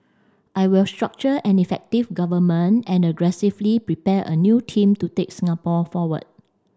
I will structure an effective Government and aggressively prepare a new team to take Singapore forward